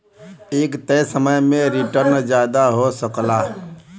एक तय समय में रीटर्न जादा हो सकला